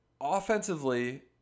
Offensively